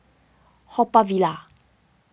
Haw Par Villa